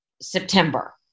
September